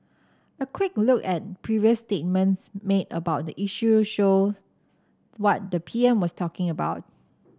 a quick look at previous statements made about the issue show what the P M was talking about